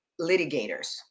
litigators